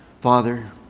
Father